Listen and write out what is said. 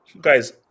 guys